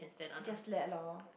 just let loh